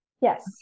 Yes